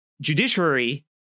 judiciary